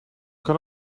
kan